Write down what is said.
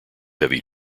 heavy